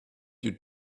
you